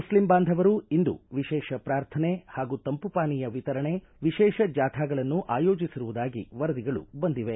Muslim ಬಾಂಧವರು ಇಂದು ವಿಶೇಷ ಪೂರ್ಥನೆ ಹಾಗೂ ತಂಪು ಪಾನೀಯ ವಿತರಣೆ ವಿಶೇಷ ಜಾಥಾಗಳನ್ನು ಆಯೋಜಿಸಿರುವುದಾಗಿ ವರದಿಗಳು ಬಂದಿವೆ